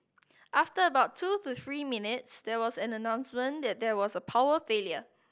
after about two to three minutes there was an announcement that there was a power failure